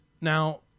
Now